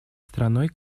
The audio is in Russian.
страной